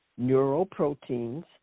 neuroproteins